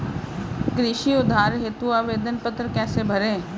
कृषि उधार हेतु आवेदन पत्र कैसे भरें?